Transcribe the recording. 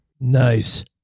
Nice